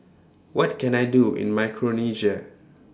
What Can I Do in Micronesia